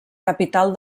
capital